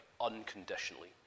unconditionally